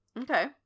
Okay